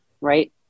right